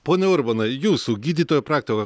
pone urbonai jūsų gydytojo praktiko